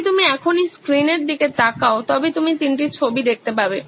যদি তুমি এখনই স্ক্রিনের দিকে তাকাও তবে তুমি তিনটি ছবি দেখতে পাবে